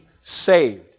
saved